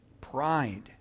Pride